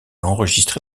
enregistré